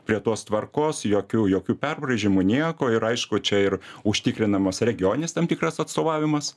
prie tos tvarkos jokių jokių perbraižymų nieko ir aišku čia ir užtikrinamas regioninis tam tikras atstovavimas